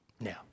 Now